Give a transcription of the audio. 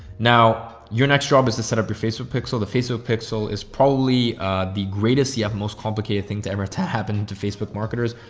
now your next job is to set up your facebook pixel. the facebook pixel is probably the greatest cf, most complicated thing to ever to happen to facebook marketers.